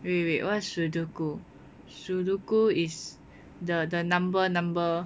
wait wait what's sudoku sudoku is the the number number